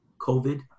COVID